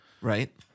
right